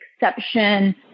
exception